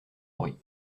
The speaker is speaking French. bruit